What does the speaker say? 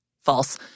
False